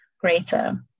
greater